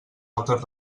altres